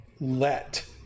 let